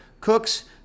cooks